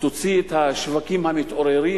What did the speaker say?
תוציא את השווקים המתעוררים,